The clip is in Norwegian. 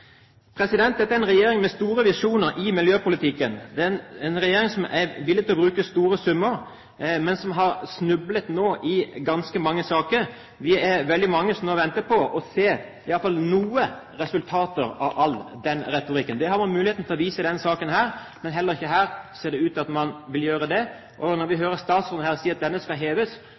Dette er en regjering med store visjoner i miljøpolitikken, det er en regjering som er villig til å bruke store summer, men som har snublet i ganske mange saker. Vi er veldig mange som har ventet på å se i hvert fall noen resultater av all den retorikken. Det har man mulighet til å vise i denne saken her, men heller ikke her ser det ut til at man vil gjøre det. Vi hører statsråden si at ubåten skal heves,